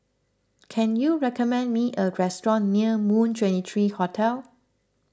can you recommend me a restaurant near Moon twenty three Hotel